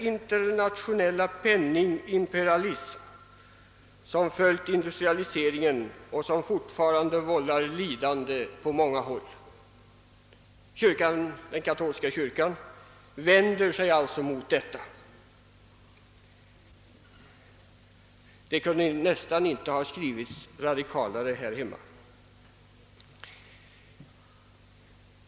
internationella penningimperialism som följt industrialiseringen och fortfarande vållar lidande på många håll». Den katolska kyrkan vänder sig alltså mot detta. Det kunde knappast ha skrivits mera radikalt här hemma!